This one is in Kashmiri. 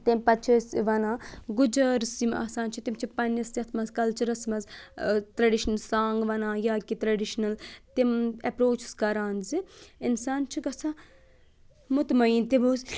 تیٚمۍ پَتہٕ چھِ أسۍ وَنان گُجٲرٕس یِم آسان چھِ تِمَن چھِ پنٛنِس یَتھ منٛز کَلچرَس منٛز ترٛیٚڈِشَن سانٛگ وَنان یا کہ ترٛیٚڈِشنَل تِم اٮ۪پروچِس کَران زِ اِنسان چھِ گژھان مطمعین تِمو سۭتۍ